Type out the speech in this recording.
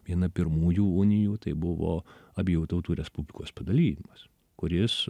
viena pirmųjų unijų tai buvo abiejų tautų respublikos padalijimas kuris